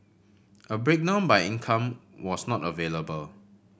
a breakdown by income was not available